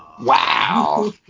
Wow